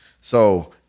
So-